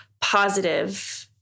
positive